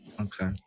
Okay